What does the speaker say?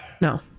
No